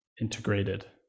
integrated